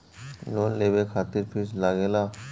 Loan लेवे खातिर fees लागेला?